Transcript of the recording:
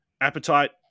Appetite